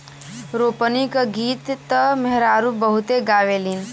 रोपनी क गीत त मेहरारू बहुते गावेलीन